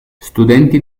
studenti